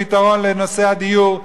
פתרון לנושא הדיור,